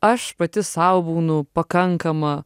aš pati sau būnu pakankama